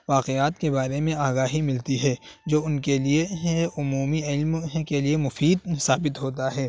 واقعات کے بارے میں آگاہی ملتی ہے جو ان کے لیے عمومی علم کے لیے مفید ثابت ہوتا ہے